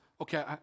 okay